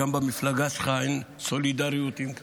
מסתבר שגם במפלגה שלך אין סולידריות עם קשיים.